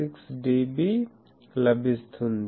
86 dB లభిస్తుంది